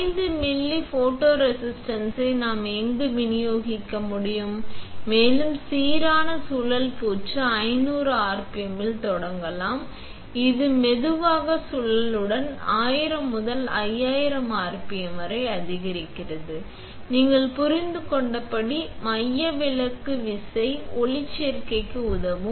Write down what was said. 5 milli ஃபோட்டோரெசிஸ்ட்டை நாம் எங்கும் விநியோகிக்க முடியும் மேலும் சீரான சுழல் பூச்சு 500 rpm இல் தொடங்கலாம் இது மெதுவான சுழலுடன் 1000 முதல் 5000 rpm வரை அதிகரிக்கிறது நீங்கள் புரிந்து கொண்டபடி மையவிலக்கு விசை ஒளிச்சேர்க்கைக்கு உதவும்